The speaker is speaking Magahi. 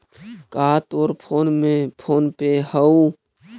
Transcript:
का तोर फोन में फोन पे हउ?